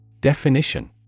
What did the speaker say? Definition